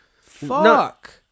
fuck